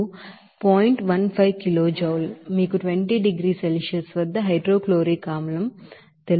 15 kilojoule మీకు 20 డిగ్రీల Celsius వద్ద హైడ్రోక్లోరిక్ ఆసిడ్ తెలుసు